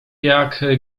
jak